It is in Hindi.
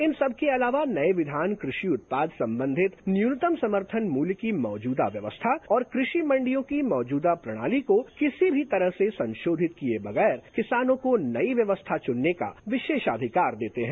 इन सबसे आलावा नये विधान कृषि उत्पाद संबंधित न्यूनतम समर्थन मूल्य की मौजूदा व्यवस्था और कृषि मंडियों की मौजूदा प्रणाली को किसी भी तरह संशोधित किये बगैर किसनों को नई व्यवस्था चुनने का विशेष अधिकार देते हैं